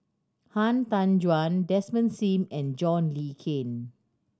Han Tan Juan Desmond Sim and John Le Cain